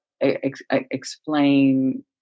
explain